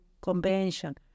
convention